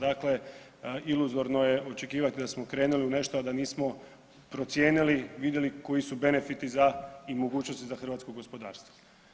Dakle, iluzorno je očekivati da smo krenuli u nešto, a da nismo procijenili, vidjeli koji su benefiti za i mogućnosti za hrvatsko gospodarstvo.